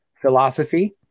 philosophy